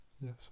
Yes